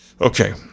Okay